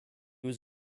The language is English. was